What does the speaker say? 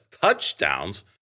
touchdowns